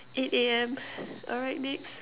eight A_M alright next